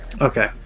Okay